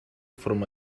from